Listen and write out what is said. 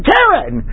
Karen